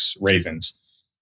Ravens